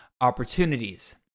opportunities